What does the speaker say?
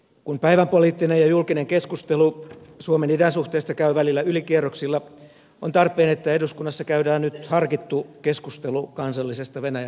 kun päivänpoliittinen ja julkinen keskustelu suomen idänsuhteista käy välillä ylikierroksilla on tarpeen että eduskunnassa käydään nyt harkittu keskustelu kansallisesta venäjä politiikastamme